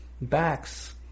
backs –